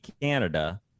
Canada